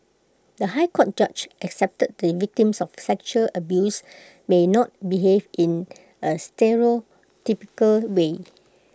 the High Court judge accepted that victims of sexual abuse may not behave in A stereotypical way